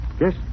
Yes